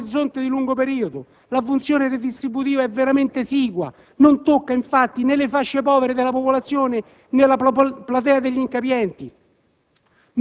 in un orizzonte di lungo periodo. La funzione redistributiva è veramente esigua. Non tocca infatti né le fasce povere della popolazione, né la platea degli incapienti.